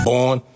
Born